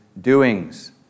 doings